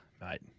mate